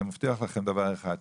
אני מבטיח לכם דבר אחד,